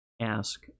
ask